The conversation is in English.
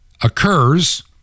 occurs